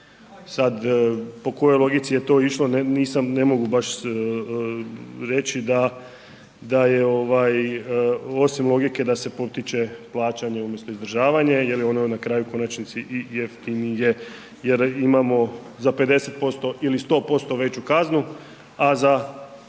Sad po kojoj logici je to išlo nisam, ne mogu baš reći da je osim logike da se potiče plaćanje umjesto izdržavanje jer je ono na kraju u konačnici i jeftinije jer imamo za 50% ili 100% veću kaznu a za